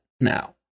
now